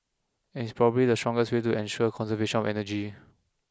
and it's probably the strongest way to ensure conservation of energy